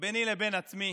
ביני לבין עצמי